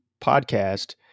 podcast